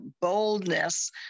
boldness